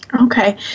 Okay